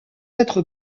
être